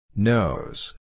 Nose